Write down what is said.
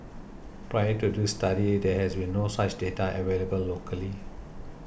prior to this study there has been no such data available locally